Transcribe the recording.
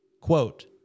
quote